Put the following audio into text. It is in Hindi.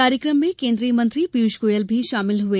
कार्यकम में केंद्रीय मंत्री पियूष गोयल भी शामिल हुए